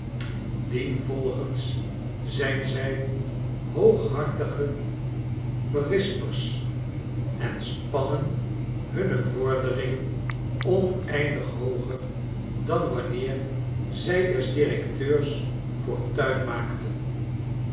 dienvolgens zijn zij liooghartige berispers en spannen hunne vorderingen oneindig hooger dan wanneer zij des directeurs fortuin maakten